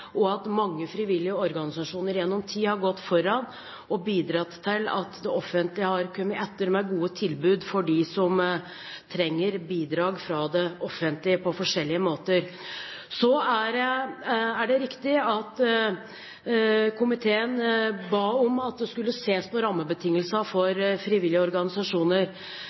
og at mange frivillige organisasjoner gjennom tid har gått foran og bidratt til at det offentlige har kommet etter med gode tilbud til dem som trenger bidrag fra det offentlige på forskjellige måter. Det er riktig at komiteen ba om at vi skulle se på rammebetingelsene for frivillige organisasjoner.